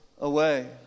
away